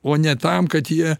o ne tam kad jie